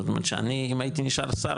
זאת אומרת שאם הייתי נשאר שר,